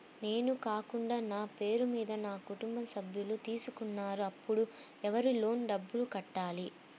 నేను కాకుండా నా పేరు మీద మా కుటుంబ సభ్యులు తీసుకున్నారు అప్పుడు ఎవరు లోన్ డబ్బులు కట్టాలి?